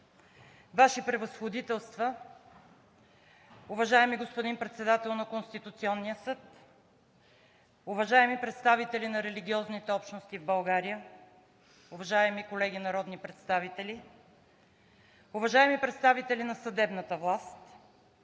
Ваши превъзходителства, уважаеми господин Председател на Конституционния съд, уважаеми представители на религиозните общности в България, уважаеми колеги народни представители, уважаеми представители на съдебната власт,